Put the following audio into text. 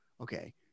Okay